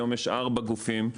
היום יש ארבעה גופים,